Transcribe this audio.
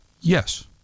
Yes